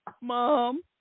Mom